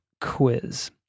quiz